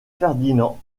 ferdinand